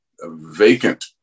vacant